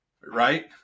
right